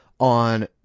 on